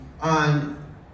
on